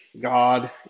God